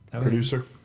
producer